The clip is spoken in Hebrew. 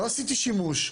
לא עשיתי שימוש,